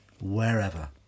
wherever